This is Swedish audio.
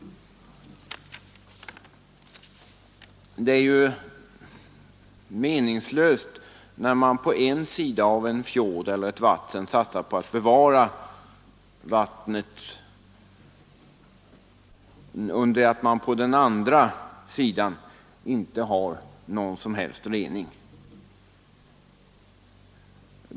Det är ju meningslöst att på ena sidan av en fjord eller ett annat vatten satsa på att hålla vattnet rent om man på den andra sidan inte har någon som helst rening.